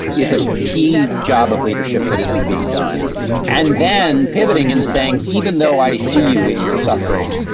is a key job of leadership that isn't being done and then pivoting and saying, even though i see you in your suffering.